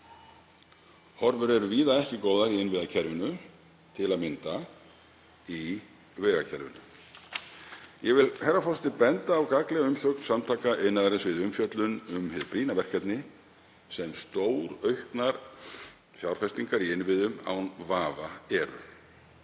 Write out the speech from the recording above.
Horfur eru víða ekki góðar í innviðakerfinu, til að mynda í vegakerfinu. Ég vil, herra forseti, benda á gagnlega umsögn Samtaka iðnaðarins við umfjöllun um hið brýna verkefni sem stórauknar fjárfestingar í innviðum án vafa eru.